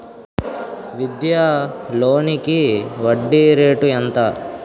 విద్యా లోనికి వడ్డీ రేటు ఎంత?